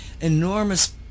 enormous